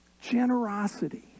Generosity